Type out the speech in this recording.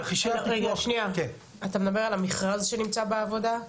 רגע, שנייה, אתה מדבר על המכרז שנמצא בעבודה?